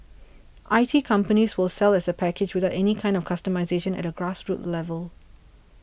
I T companies will sell as a package without any kind of customisation at a grassroots level